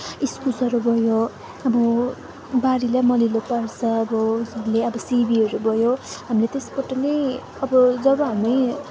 इस्कुसहरू भयो अब बारीलाई मलिलो पार्छ अब हामीले अब सिबीहरू भयो हामीले त्यसबाट नै अब जब हामी